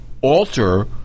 alter